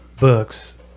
books